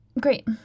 great